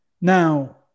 Now